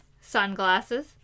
sunglasses